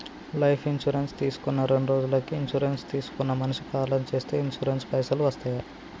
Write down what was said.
Life insurance తీసుకున్న రెండ్రోజులకి insurance తీసుకున్న మనిషి కాలం చేస్తే ఇన్సూరెన్స్ పైసల్ వస్తయా?